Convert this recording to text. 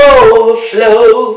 overflow